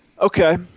Okay